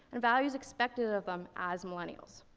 and values expected of them as millennials.